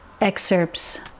excerpts